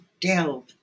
delve